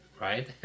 right